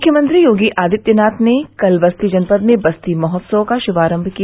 मुख्यमंत्री योगी आदित्यनाथ ने कल बस्ती जनपद में बस्ती महोत्सव का शुभारम्भ किया